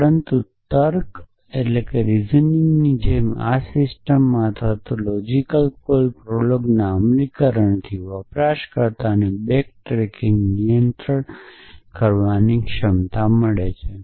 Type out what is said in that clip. પરંતુ તર્ક ની જેમ આ સિસ્ટમમાં અથવા લોજિક કોલ પ્રોલોગના અમલીકરણથી વપરાશકર્તાને બેક ટ્રેકિંગને નિયંત્રિત કરવાની ક્ષમતા મળે છે